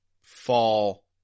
fall